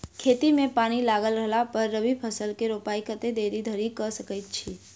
खेत मे पानि लागल रहला पर रबी फसल केँ रोपाइ कतेक देरी धरि कऽ सकै छी?